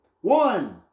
one